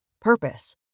purpose